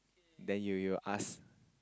then you you ask